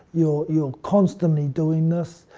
you're you're constantly doing this.